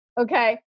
okay